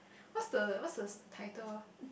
what's the what's the title ah